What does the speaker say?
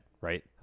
right